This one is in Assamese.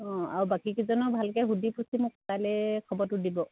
অঁ আৰু বাকীকেইজনক ভালকৈ সুধি পুছি মোক কাইলৈ খবৰটো দিব